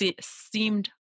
seemed